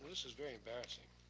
this is very embarrassing.